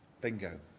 Bingo